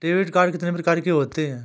Debit card कितनी प्रकार के होते हैं?